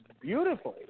beautifully